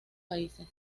países